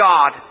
God